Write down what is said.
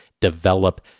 develop